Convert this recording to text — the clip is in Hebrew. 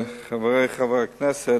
חברי חברי הכנסת,